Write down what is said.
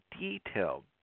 detailed